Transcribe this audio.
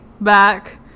back